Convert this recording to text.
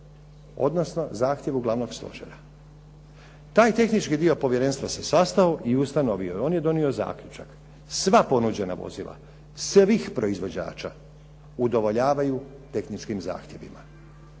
odnosno zahtjevu glavnog stožera. Taj tehnički dio povjerenstva se sastao i ustanovio. On je donio zaključak sva ponuđena vozila svih proizvođača udovoljavaju tehničkim zahtjevima.